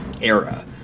era